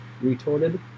retorted